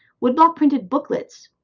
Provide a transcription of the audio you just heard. woodblock printed booklets,